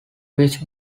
which